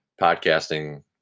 podcasting